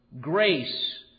grace